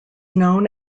known